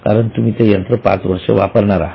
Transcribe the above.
कारण तुम्ही ते यंत्र पाच वर्षे वापरणार आहात